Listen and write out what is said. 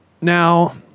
Now